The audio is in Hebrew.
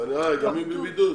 גם היא בבידוד?